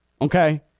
Okay